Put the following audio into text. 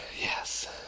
yes